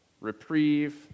reprieve